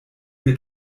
wir